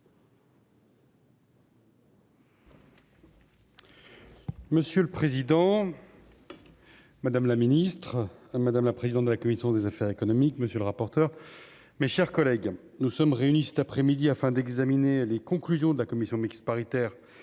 Monsieur le président. Madame la ministre, madame la présidente de la commission des affaires économiques, monsieur le rapporteur, mes chers collègues, nous sommes réunis cet après-midi afin d'examiner les conclusions de la commission mixte paritaire